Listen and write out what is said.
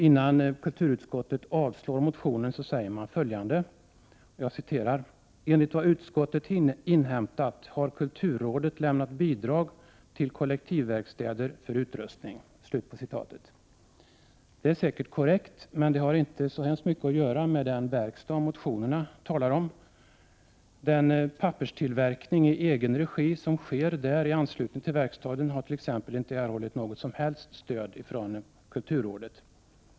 Innan kulturutskottet avstyrker motionerna säger det följande: ”Enligt vad utskottet inhämtat har kulturrådet lämnat bidrag till kollektivverkstäder för utrustning.” Det är säkert korrekt, men det har inte så mycket att göra med den verkstad som motionerna berör. Den papperstillverkning som sker i anslutning till verkstaden har t.ex. inte erhållit något som helst stöd från kulturrådet.